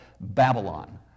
Babylon